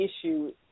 issue